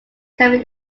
can